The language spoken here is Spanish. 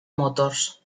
motors